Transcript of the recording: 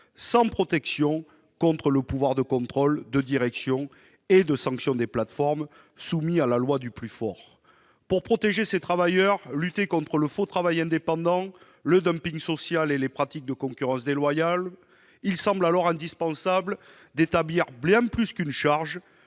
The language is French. sans protection contre le pouvoir de contrôle, de direction et de sanction des plateformes, et soumis à la loi du plus fort. Pour protéger ces travailleurs, lutter contre le faux travail indépendant, le dumping social et les pratiques de concurrence déloyale, il semble indispensable d'établir bien plus qu'une charge,